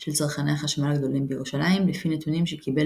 של צרכני החשמל הגדולים בירושלים לפי נתונים שקיבל